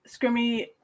Scrimmy